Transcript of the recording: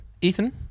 Ethan